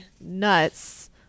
nuts